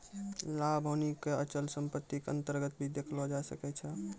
लाभ हानि क अचल सम्पत्ति क अन्तर्गत भी देखलो जाय सकै छै